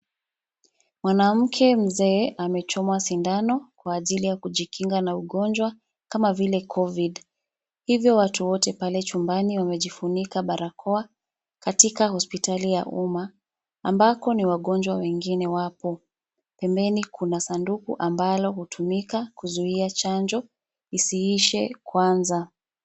Mwanamke mzee amechomwa sindano kwa ajili ya kujikinga na ugonjwa kama vile Covid. Hivyo watu wote pale chumbani wamejifunika barakoa katika hospitali ya umma ambako ni wagonjwa wengine wapo. Pembeni kuna sanduku ambalo hutumika kuzuia chanjo isiishe kwanza.